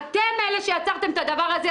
זה אתם אלה שיצרתם את הדבר הזה,